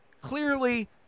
Clearly